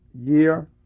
year